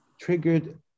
triggered